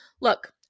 look